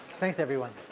thanks everyone.